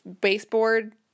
baseboard